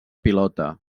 pilota